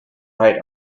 ride